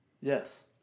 Yes